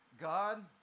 God